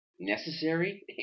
necessary